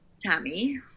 tammy